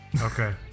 okay